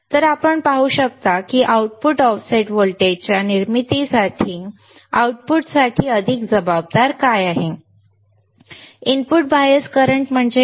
तर आपण पाहू शकता की आउटपुट ऑफसेट व्होल्टेजच्या निर्मितीसाठी आउटपुटसाठी अधिक जबाबदार काय आहे इनपुट बायस करंट म्हणजे काय